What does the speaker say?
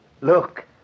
Look